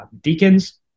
deacons